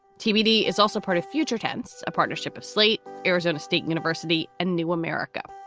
tbd is also part of future tense, a partnership of slate, arizona state university and new america.